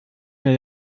mir